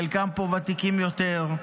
חלקם פה ותיקים יותר,